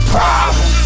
Problems